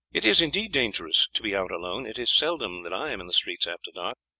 it is indeed dangerous to be out alone. it is seldom that i am in the streets after dark,